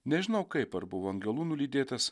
nežinau kaip ar buvo angelų nulydėtas